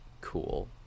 Cool